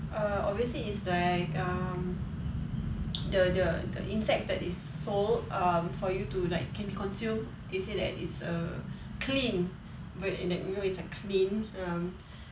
err obviously is like um the the the insects that is sold um for you to like can be consumed they say that it's err clean but you know it's clean um